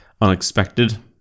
unexpected